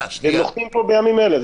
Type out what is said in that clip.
הם נוחתים פה בימים אלה.